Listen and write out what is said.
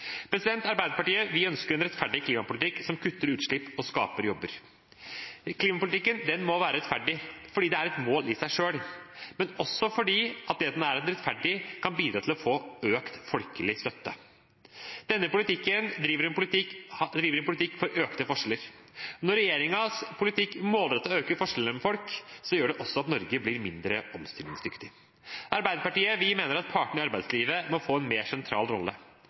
Arbeiderpartiet ønsker en rettferdig klimapolitikk som kutter utslipp og skaper jobber. Klimapolitikken må være rettferdig fordi det er et mål i seg selv, men også fordi det at den er rettferdig, kan bidra til å få økt folkelig støtte. Denne regjeringen driver en politikk for økte forskjeller. Når regjeringens politikk målrettet øker forskjellene mellom folk, gjør det også at Norge blir mindre omstillingsdyktig. Arbeiderpartiet mener at partene i arbeidslivet må få en mer sentral rolle,